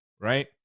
right